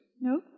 No